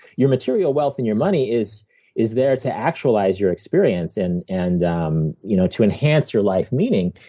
your material wealth and your money is is there to actualize your experience, and and um you know to enhance your life meaning.